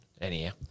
anyhow